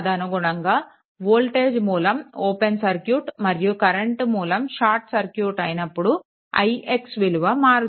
తదనుగుణంగా వోల్టేజ్ మూలం open circuit మరియు కరెంట్ మూలం షార్ట్ సర్క్యూట్ అయినప్పుడు ix విలువ మారుతుంది